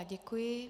Děkuji.